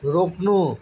रोक्नु